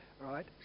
right